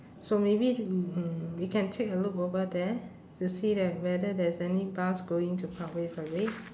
so maybe mm we can take a look over there to see that whether there's any bus going to parkway parade